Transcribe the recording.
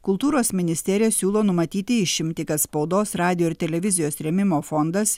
kultūros ministerija siūlo numatyti išimtį kad spaudos radijo ir televizijos rėmimo fondas